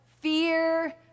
Fear